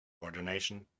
coordination